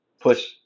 push